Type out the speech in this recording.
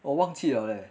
我忘记了 leh